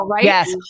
Yes